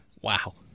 Wow